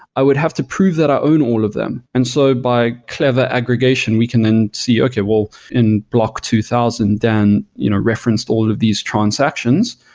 i would have to prove that i own all of them and so by clever aggregation, we can then see, okay, well in block two thousand dan you know referenced all of these transactions,